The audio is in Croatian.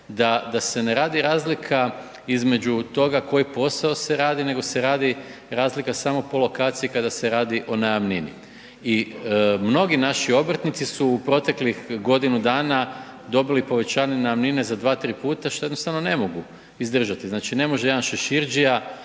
da se ne radi razlika između toga koji posao se radi nego se radi razlika samo po lokaciji kada se radi o najamnini i mnogi naši obrtnici su u proteklih godinu dana dobili povećanje najamnine za 2, 3 puta što jednostavno ne mogu izdržati, znači ne može jedan šeširdžija